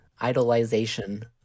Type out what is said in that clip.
idolization